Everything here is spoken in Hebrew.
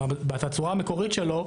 בתצורה המקורית שלו,